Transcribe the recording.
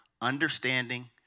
understanding